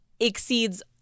exceeds